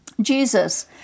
Jesus